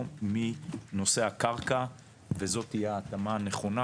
מנושא הקרקע וזאת תהיה ההתאמה הנכונה,